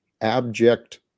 abject